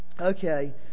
Okay